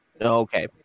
Okay